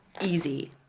easy